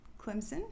Clemson